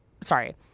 Sorry